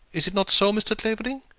is it not so, mr. clavering?